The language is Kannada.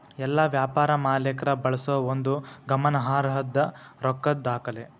ಎಲ್ಲಾ ವ್ಯಾಪಾರ ಮಾಲೇಕ್ರ ಬಳಸೋ ಒಂದು ಗಮನಾರ್ಹದ್ದ ರೊಕ್ಕದ್ ದಾಖಲೆ